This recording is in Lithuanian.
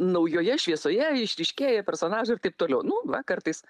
naujoje šviesoje išryškėja personažai ir taip toliau nu va kartais